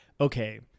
okay